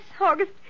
August